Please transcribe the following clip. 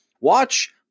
Watch